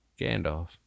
Gandalf